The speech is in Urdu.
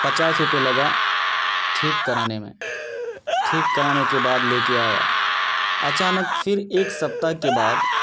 پچاس روپے لگا ٹھیک کرانے میں ٹھیک کرانے کے بعد لے کے آیا اچانک پھر ایک سپتہ کے بعد